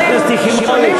חברת הכנסת יחימוביץ,